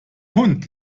hund